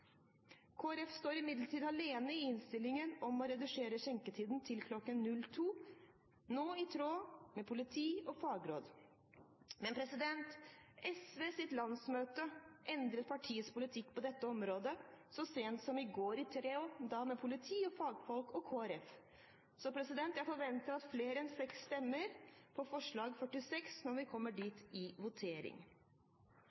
Folkeparti står imidlertid alene i innstillingen om nå å redusere skjenketiden til kl. 02, i tråd med råd fra politi og fagfolk. Men SVs landsmøte endret partiets politikk på dette området så sent som i går, i tråd med politi, fagfolk og Kristelig Folkeparti. Så jeg forventer mer enn seks stemmer for forslag nr. 46, når vi kommer